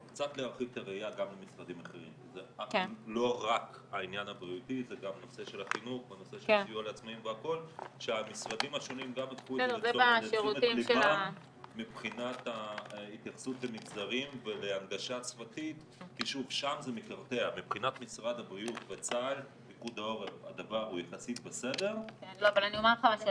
12:05.